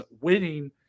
winning